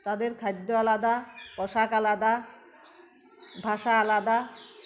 তাদের খাদ্য আলাদা পোশাক আলাদা ভাষা আলাদা